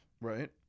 Right